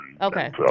Okay